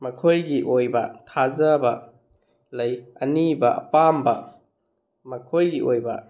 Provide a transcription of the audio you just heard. ꯃꯈꯣꯏꯒꯤ ꯑꯣꯏꯕ ꯊꯥꯖꯕ ꯂꯩ ꯑꯅꯤꯕ ꯑꯄꯥꯝꯕ ꯃꯈꯣꯏꯒꯤ ꯑꯣꯏꯕ